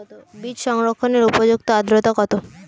বীজ সংরক্ষণের উপযুক্ত আদ্রতা কত?